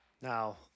Now